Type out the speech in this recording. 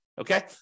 okay